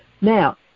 Now